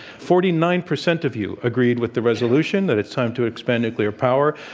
forty nine percent of you agreed with the resolution, that it's time to expand nuclear power.